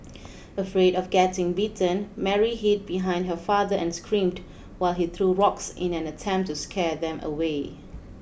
afraid of getting bitten Mary hid behind her father and screamed while he threw rocks in an attempt to scare them away